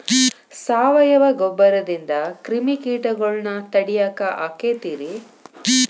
ಸಾವಯವ ಗೊಬ್ಬರದಿಂದ ಕ್ರಿಮಿಕೇಟಗೊಳ್ನ ತಡಿಯಾಕ ಆಕ್ಕೆತಿ ರೇ?